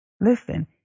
Listen